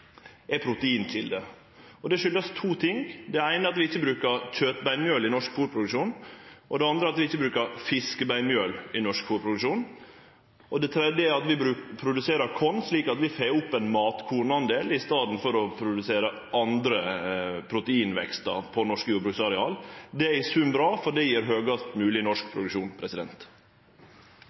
stort importerer, er proteinkjelder. Det kjem av to ting. Det eine er at vi ikkje brukar kjøtbeinmjøl i norsk fôrproduksjon, og det andre er at vi ikkje brukar fiskebeinmjøl i norsk fôrproduksjonen. Ein tredje ting er at vi produserer korn. Slik får vi auka delen av matkorn i staden for å produsere andre proteinvekstar på norsk jordbruksareal. Det er i sum bra, for det gjev høgast mogleg norsk produksjon.